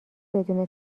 بدون